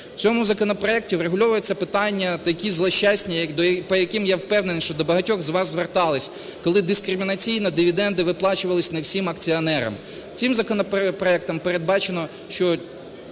В цьому законопроекті врегульовується питання такі злощасні, по яким, я впевнений, що до багатьох з вас звертались, коли дискримінаційно дивіденди виплачувались не всім акціонерам. Цим законопроектом передбачено, що